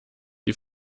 die